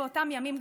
באותם ימים,